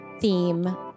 theme